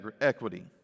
equity